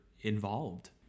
involved